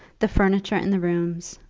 the furniture in the rooms,